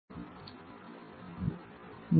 வணக்கம்